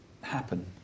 happen